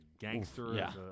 gangster